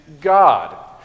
God